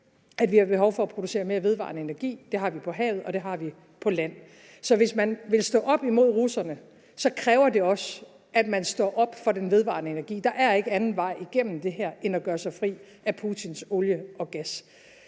at vi har behov for at producere mere vedvarende energi – det har vi på havet, og det har vi på land. Så hvis man vil stå op imod russerne, kræver det også, at man står op for den vedvarende energi. Der er ikke anden vej igennem det her end at gøre sig fri af Putins olie og gas.